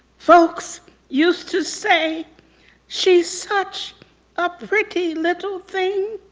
folks used to say she's such a pretty little thing.